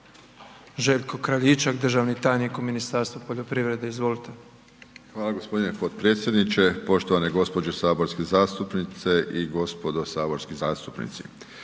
Željko Kraljičak, državni tajnik u Ministarstvu poljoprivrede, izvolite. **Kraljičak, Željko** Hvala g. potpredsjedniče. Poštovane gđe. saborske zastupnice i gdo. saborski zastupnici,